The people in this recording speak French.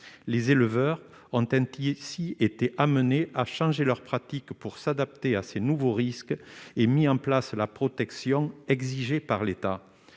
les éleveurs antennes qui, s'il était amené à changer leurs pratiques pour s'adapter à ces nouveaux risques et mis en place la protection exigés par l'État,